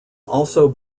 also